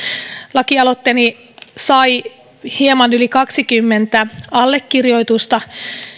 lakialoitteeni sai hieman yli kaksikymmentä allekirjoitusta